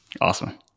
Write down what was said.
Awesome